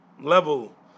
level